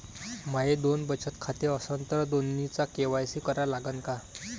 माये दोन बचत खाते असन तर दोन्हीचा के.वाय.सी करा लागन का?